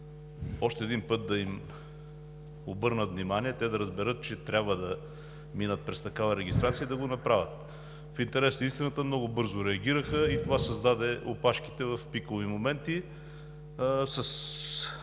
още един път да им обърнат внимание и те да разберат, че трябва да минат през такава регистрация и да го направят. В интерес на истината много бързо реагираха и това създаде опашките в пикови моменти с